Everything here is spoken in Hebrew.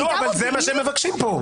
אבל זה מה שהם מבקשים פה.